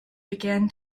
began